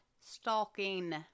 stalking